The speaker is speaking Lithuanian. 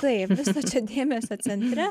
taip viskas čia dėmesio centre